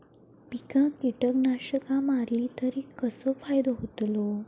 पिकांक कीटकनाशका मारली तर कसो फायदो होतलो?